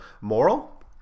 moral